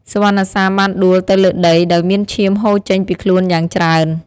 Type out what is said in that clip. សុវណ្ណសាមបានដួលទៅលើដី ដោយមានឈាមហូរចេញពីខ្លួនយ៉ាងច្រើន។